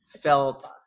felt